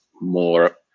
more